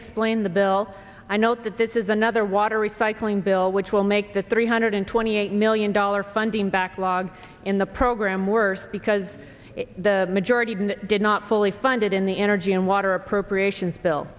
explained the bill i note that this is another water recycling bill which will make the three hundred twenty eight million dollar funding backlog in the program worse because the majority even did not fully funded in the energy and water appropriations bill